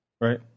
Right